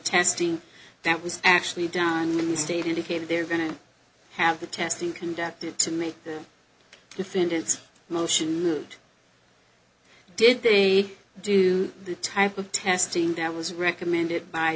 testing that was actually done in the state indicated they're going to have the testing conducted to make the defendant's motion moot did they do the type of testing that was recommended by